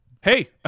Hey